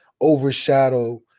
overshadow